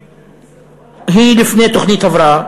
היא בפני תוכנית הבראה.